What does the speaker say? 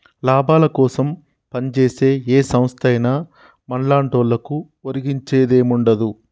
లాభాలకోసం పంజేసే ఏ సంస్థైనా మన్లాంటోళ్లకు ఒరిగించేదేముండదు